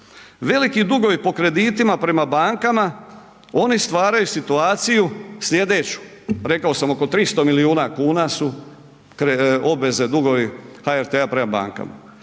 Veliki dugovi po kreditima prema bankama oni stvaraju situaciju slijedeću, rekao sam oko 300 milijuna kuna su obveze, dugovi HRT-a prema bankama.